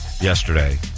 Yesterday